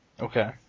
Okay